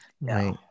Right